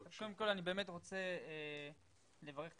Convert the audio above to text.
קודם כל אני באמת אני רוצה לברך את